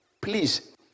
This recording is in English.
please